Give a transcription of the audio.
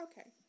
Okay